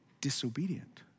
disobedient